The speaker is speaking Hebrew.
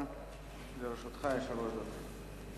גם לרשותך שלוש דקות.